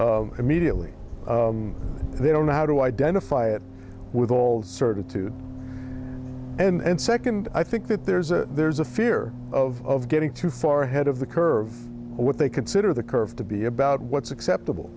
it immediately they don't know how to identify it with old certitude and second i think that there's a there's a fear of getting too far ahead of the curve what they consider the curve to be about what's acceptable